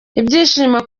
ibyishimo